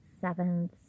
seventh